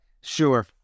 sure